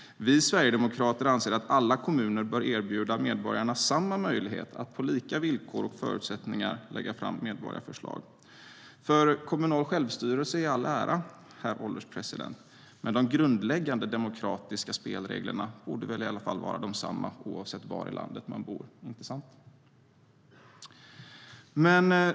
Vi sverigedemokrater anser att alla kommuner bör erbjuda medborgarna samma möjlighet att på lika villkor och förutsättningar lägga fram medborgarförslag. Kommunal självstyrelse i all ära, herr ålderspresident: De grundläggande demokratiska spelreglerna borde i alla fall vara desamma oavsett var i landet man bor, inte sant?